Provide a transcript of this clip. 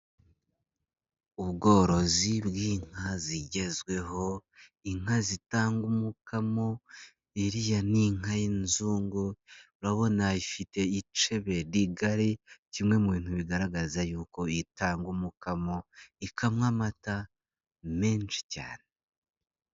Ubworozi bw'inka zigezweho, inka zitanga umkamo, iriya ni inka y'inzungu, urabona ifite icebe rigari, kimwe mu bintu bigaragaza y'uko itangumokamo, ikamwa amata menshi cyane.